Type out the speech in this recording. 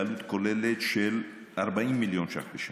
בעלות כוללת של 40 מיליון שקל בשנה,